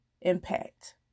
impact